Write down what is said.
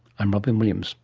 i'm robyn williams